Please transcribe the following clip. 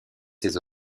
ses